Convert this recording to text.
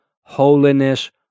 holiness